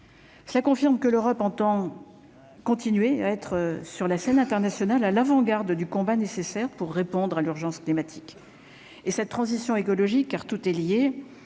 Cela confirme que l'Europe entend continuer à être sur la scène internationale, à l'avant-garde du combat nécessaire pour répondre à l'urgence climatique et cette transition écologique car tout est lié,